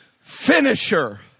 finisher